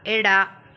ಎಡ